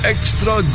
Extra